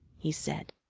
he said.